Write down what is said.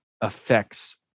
affects